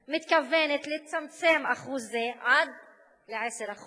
מתכוונת לצמצם אחוז זה עד 10%,